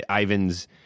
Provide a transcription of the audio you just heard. Ivan's